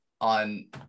on